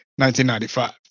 1995